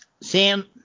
Sam